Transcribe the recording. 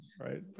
Right